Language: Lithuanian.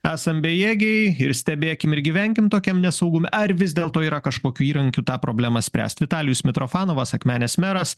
esam bejėgiai ir stebėkim ir gyvenkim tokiam nesaugume ar vis dėlto yra kažkokių įrankiu tą problemą spręst vitalijus mitrofanovas akmenės meras